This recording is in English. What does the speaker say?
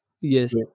Yes